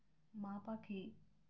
মা পাখি